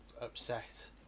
upset